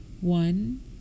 one